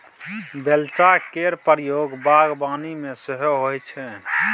बेलचा केर प्रयोग बागबानी मे सेहो होइ छै